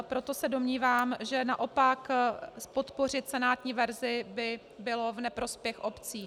Proto se domnívám, že naopak podpořit senátní verzi by bylo v neprospěch obcí.